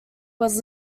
was